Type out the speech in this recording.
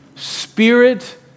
Spirit